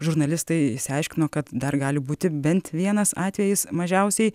žurnalistai išsiaiškino kad dar gali būti bent vienas atvejis mažiausiai